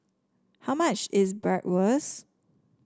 how much is Bratwurst